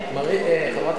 חברת הכנסת סולודקין,